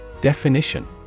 Definition